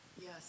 Yes